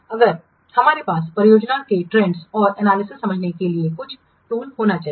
अगर हमारे पास परियोजना के ट्रेंड्सरुझानों और एनालिसिसविश्लेषण समझने के लिए कुछ मकैनिज्मतंत्र होना चाहिए